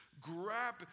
grab